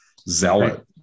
zealot